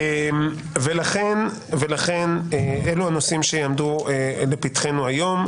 ולכן אלה הנושאים שיעמדו לפתחנו היום,